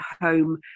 home